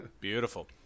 Beautiful